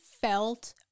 felt